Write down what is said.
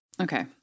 Okay